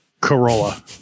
Corolla